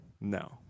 No